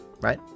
right